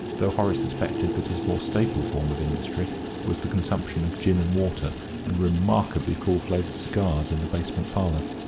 though horace suspected that his more staple form of industry was the consumption of gin-and-water and remarkably full-flavoured cigars in the basement parlour.